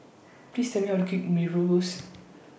Please Tell Me How to Cake Mee Rebus